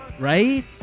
Right